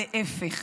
להפך,